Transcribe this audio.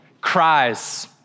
cries